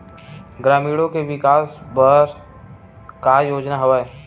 ग्रामीणों के विकास बर का योजना हवय?